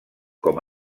com